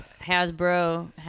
hasbro